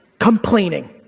complaining.